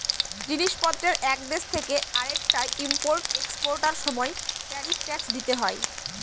জিনিস পত্রের এক দেশ থেকে আরেকটায় ইম্পোর্ট এক্সপোর্টার সময় ট্যারিফ ট্যাক্স দিতে হয়